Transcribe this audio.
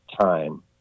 time